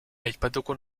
aipatuko